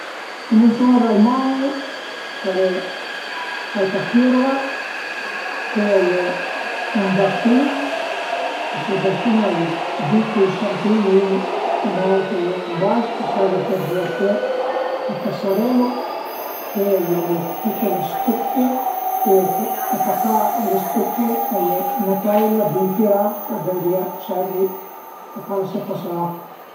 Cuminciuma dal mani ch'al e fait a cürva, pöi a ie ën bastun e sül bastun a ie dui pülsantin, ün ën aut e ün ën bas ch'a servu për düverté e për sarelu, pöi a ie tüte le stëcche e atacà a le stëcche a ie 'na teila bin tirà ch'a dëvrìa servi a pa lasè pasé l'acua